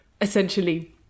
essentially